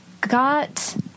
got